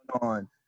on